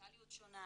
מנטליות שונה,